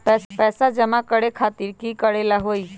पैसा जमा करे खातीर की करेला होई?